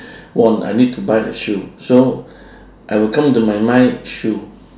one I need to buy a shoe so I will come into my mind shoe